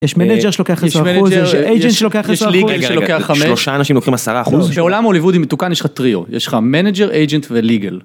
יש מנג'ר שלוקח 10%, יש איג'נט שלוקח 10%, יש ליגל שלוקח 5%. שלושה אנשים לוקחים 10%. בעולם הוליוודי מתוקן יש לך טריו, יש לך מנג'ר, אייג'נט וליגל.